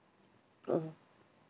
oh